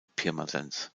pirmasens